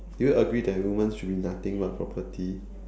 do you agree that women should be nothing but property